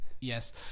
Yes